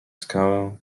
skałę